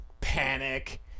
panic